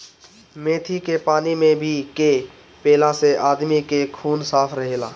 मेथी के पानी में भे के पियला से आदमी के खून साफ़ रहेला